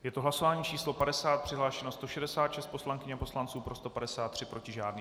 Je to hlasování číslo 50, přihlášeno 166 poslankyň a poslanců, pro 153, proti žádný.